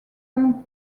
ont